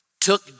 took